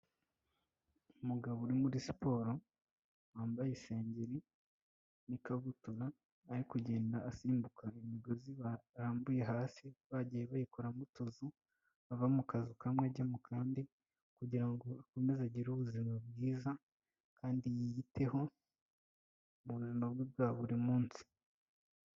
Umugabo uri muri siporo wambaye isengeri n'ikabutura ari kugenda asimbuka imigozi barambuye hasi bagiye bayikoramo utuzu, ava mu kazu kamwe ajya mu kandi kugira ngo akomeze agire ubuzima bwiza kandi yiyiteho mu buzima bwe bwa buri munsi.